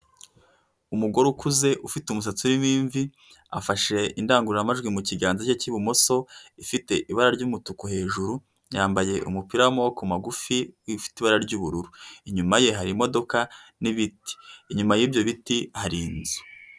Umugore ukuze ufite umusatsi urimo imvi afashe indangururamajwi mu kiganza cye cy'ibumoso, ifite ibara ry'umutuku hejuru yambaye umupira w'amaboko magufi ufite ibara ry'ubururu, inyuma ye hari imodoka n'ibiti, inyuma y'ibyo biti hari inzu.